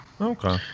Okay